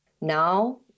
Now